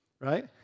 right